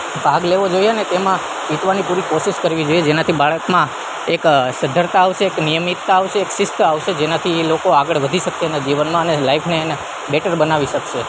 ભાગ લેવો જોઈએ અને તેમાં જીતવાની પૂરી કોશીશ કરવી જોઈએ જેનાથી બાળકમાં એક સદ્ધરતા આવસે એક નિયમિતતા આવશે એક શિસ્ત આવશે જેનાથી એ લોકો આગળ વધી શકશે અને જીવનમાં અને લાઈફમાં એને બેટર બનાવી શકશે